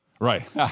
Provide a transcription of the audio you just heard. Right